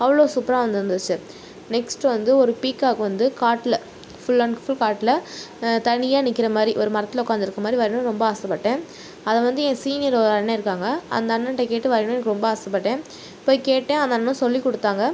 அவ்வளோ சூப்பராக வந்துருந்துச்சு நெஸ்ட் வந்து ஒரு பீக்காக் வந்து காட்டில் ஃபுல் அண்ட் ஃபுல் காட்டில் தனியாக நிற்கிற மாதிரி ஒரு மரத்தில் உட்காந்துருக்க மாதிரி வரையணுன்னு ரொம்ப ஆசைப்பட்டேன் அதை வந்து என் சீனியர் ஒரு அண்ணன் இருக்காங்க அந்த அண்ணன்கிட்ட கேட்டு வரையணுன்னு எனக்கு ரொம்ப ஆசைப்பட்டேன் போய் கேட்டேன் அந்த அண்ணனும் சொல்லிக் கொடுத்தாங்க